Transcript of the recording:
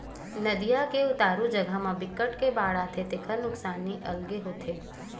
नदिया के उतारू जघा म बिकट के बाड़ आथे तेखर नुकसानी अलगे होथे